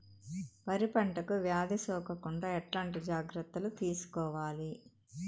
వరి పంటకు వ్యాధి సోకకుండా ఎట్లాంటి జాగ్రత్తలు తీసుకోవాలి?